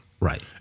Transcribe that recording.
Right